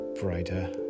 brighter